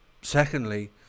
Secondly